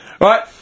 Right